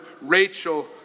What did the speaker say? Rachel